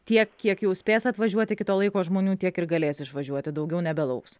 tiek kiek jau spės atvažiuot iki to laiko žmonių tiek ir galės išvažiuoti daugiau nebelauks